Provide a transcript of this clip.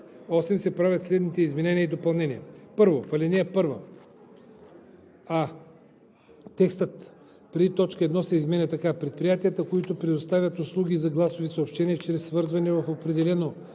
198 се правят следните изменения и допълнения: 1. В ал. 1: а) текстът преди т. 1 се изменя така: „Предприятията, които предоставят услуги за гласови съобщения чрез свързване в определено